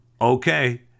Okay